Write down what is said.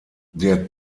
der